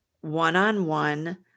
one-on-one